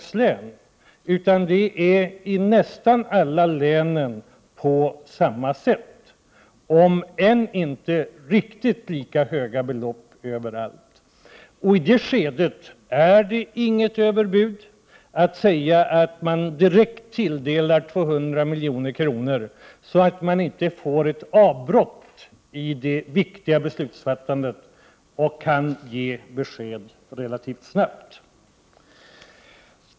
Det förhåller sig på samma sätt i nästan alla län — även om beloppen inte är lika höga överallt. I det läget är det inte något överbud att begära en tilldelning direkt om 200 milj.kr. Det gäller ju att undvika avbrott i det viktiga beslutsfattandet och att kunna ge besked relativt snabbt.